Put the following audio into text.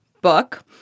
book